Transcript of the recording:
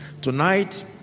Tonight